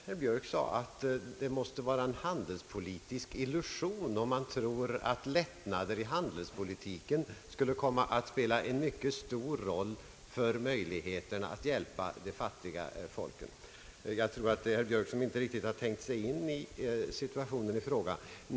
Herr Björk sade att det måste vara en handelspolitisk illusion att tro att lättnader i handelspolitiken skulle komma att spela en mycket stor roll för möjligheten att hjälpa de fattiga folken. Jag tror emellertid att det är herr Björk som inte riktigt tänkt sig in i situationen i fråga.